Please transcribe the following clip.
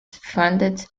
funded